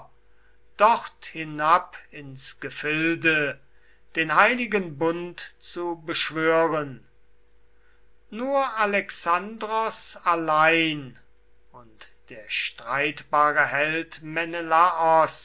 dort hinab ins gefilde den heiligen bund zu beschwören nur alexandros allein und der streitbare